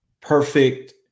perfect